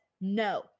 no